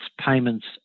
payments